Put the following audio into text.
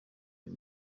uyu